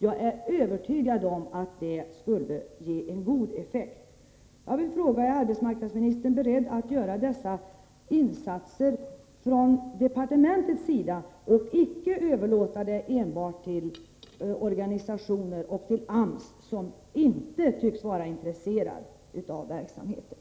Jag är övertygad om att det skulle ge god effekt. Jag frågar arbetsmarknadsministern: Är ni beredda att göra dessa insatser från departementets sida, i stället för att överlåta ansvaret enbart åt organisationer och AMS, som inte tycks vara intresserade av verksamheten?